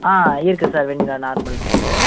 ஆ இருக்குது சார் வெண்ணிலா நார்மல் இருக்குது சார்